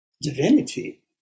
divinity